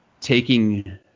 taking